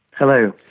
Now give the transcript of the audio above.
hello.